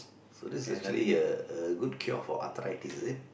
so this is actually a a good cure for arthritis is it